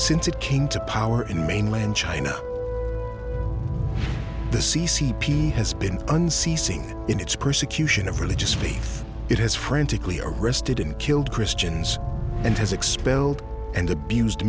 since it came to power in mainland china the c c p has been unceasing in its persecution of religious faith it has frantically arrested and killed christians and has expelled and abused